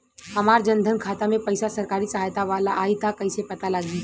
हमार जन धन खाता मे पईसा सरकारी सहायता वाला आई त कइसे पता लागी?